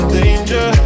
danger